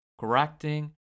correcting